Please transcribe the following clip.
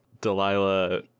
Delilah